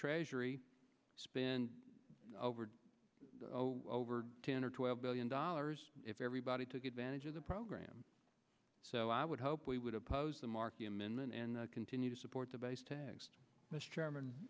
treasury spin over over ten or twelve billion dollars if everybody took advantage of the program so i would hope we would oppose the marquis amendment and continue to support the base t